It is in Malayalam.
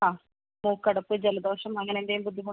അ മൂക്കടപ്പ് ജലദോഷം അങ്ങനെ എന്തെങ്കിലും ബുദ്ധിമുട്ട്